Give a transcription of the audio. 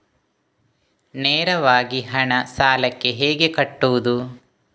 ನೇರವಾಗಿ ಹಣ ಸಾಲಕ್ಕೆ ಹೇಗೆ ಕಟ್ಟುವುದು?